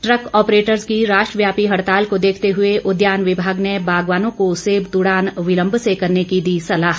truck operators की राष्ट्रव्यापी हड़ताल को देखते हुए उद्यान विभाग ने बागवानों को सेब तुड़ान विलम्ब से करने की दी सलाह